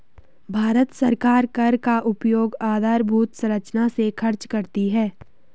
भारत सरकार कर का उपयोग आधारभूत संरचना में खर्च करती है